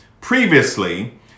previously